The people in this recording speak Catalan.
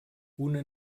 una